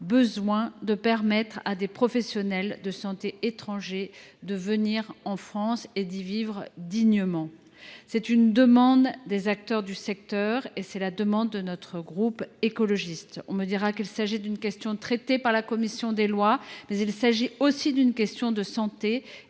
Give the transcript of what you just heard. besoin de permettre à des professionnels de santé étrangers de venir en France et d’y vivre dignement. C’est une demande des acteurs du secteur et c’est une demande du groupe écologiste. On me dira qu’il s’agit d’une question traitée par la commission des lois. Toutefois, il s’agit également d’une question de santé